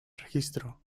registro